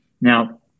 Now